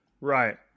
Right